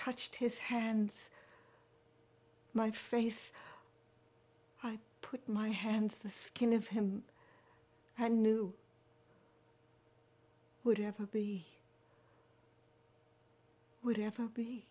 touched his hands my face i put my hands the skin of him i knew would ever be he would ever be